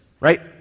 right